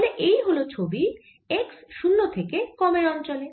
তাহলে এই হল ছবি x 0 থেকে কমের অঞ্চলে